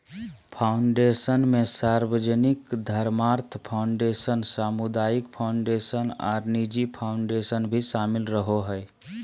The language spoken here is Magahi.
फ़ाउंडेशन मे सार्वजनिक धर्मार्थ फ़ाउंडेशन, सामुदायिक फ़ाउंडेशन आर निजी फ़ाउंडेशन भी शामिल रहो हय,